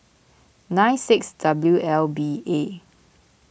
nine six W L B A